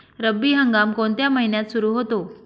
रब्बी हंगाम कोणत्या महिन्यात सुरु होतो?